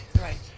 right